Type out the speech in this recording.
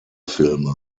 filme